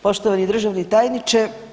Poštovani državni tajniče.